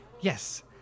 yes